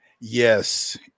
Yes